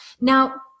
now